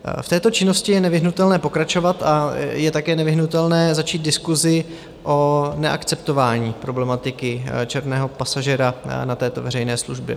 V této činnosti je nevyhnutelné pokračovat a je také nevyhnutelné začít diskusi o neakceptování problematiky černého pasažéra na této veřejné službě.